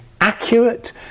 accurate